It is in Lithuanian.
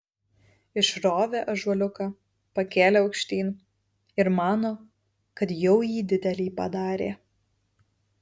išrovė ąžuoliuką pakėlė aukštyn ir mano kad jau jį didelį padarė